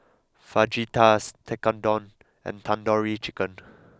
Fajitas Tekkadon and Tandoori Chicken